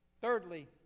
Thirdly